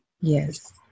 Yes